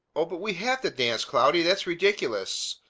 oh, but we have to dance, cloudy that's ridiculous!